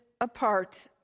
apart